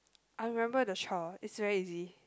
I remember the chore is very easy